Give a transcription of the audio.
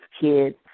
kids